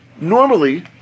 Normally